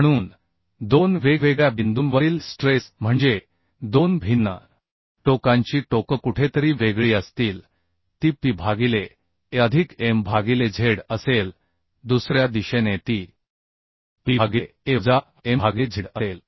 म्हणून दोन वेगवेगळ्या बिंदूंवरील स्ट्रेस म्हणजे दोन भिन्न टोकांची टोकं कुठेतरी वेगळी असतील ती p भागिले a अधिक m भागिले z असेल दुसऱ्या दिशेने ती p भागिले a वजा m भागिले z असेल